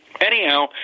Anyhow